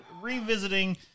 revisiting